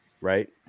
Right